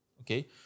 okay